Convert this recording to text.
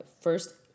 first